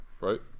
Right